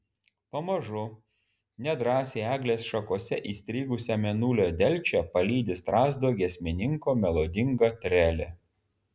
pamažu nedrąsiai eglės šakose įstrigusią mėnulio delčią palydi strazdo giesmininko melodinga trelė